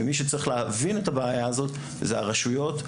ומי שצריך להבין את הבעיה הזו הן הרשויות,